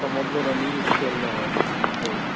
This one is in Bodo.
प्रमद बर'नि इउ पि पि एल दङ औ